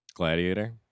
Gladiator